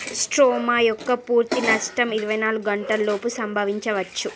stroma యొక్క పూర్తి నష్టం ఇరవై నాలుగు గంటలోపు సంభవించవచ్చు